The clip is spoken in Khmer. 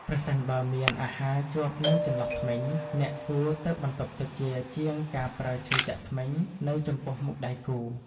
ប្រសិនបើមានអាហារជាប់នៅចន្លោះធ្មេញ អ្នកគួរទៅបន្ទប់ទឹកជាជាងការប្រើឈើចាក់ធ្មេញនៅចំពោះមុខដៃគូ។